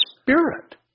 spirit